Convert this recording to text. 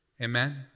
Amen